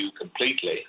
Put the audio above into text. completely